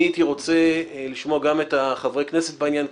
הייתי רוצה לשמוע גם את חברי הכנסת בעניין.